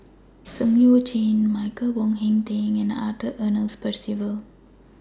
Zeng Shouyin Michael Wong Hong Teng and Arthur Ernest Percival